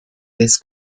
this